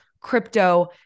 crypto